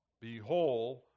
Behold